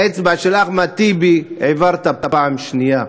באצבע של אחמד טיבי העברת פעם שנייה.